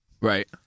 Right